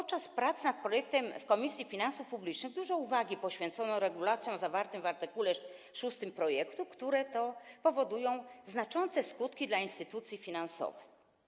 W czasie prac nad projektem w Komisji Finansów Publicznych dużo uwagi poświęcono regulacjom zawartym w art. 6 projektu, które powodują znaczące skutki dla instytucji finansowych.